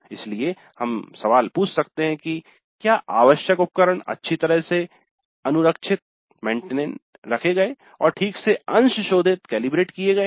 इसलिए हम सवाल पूछ सकते हैं कि क्या आवश्यक उपकरण अच्छी तरह से अनुरक्षित रखे गए और ठीक से अंशशोधित किये गए है